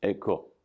Cool